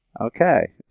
Okay